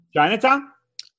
Chinatown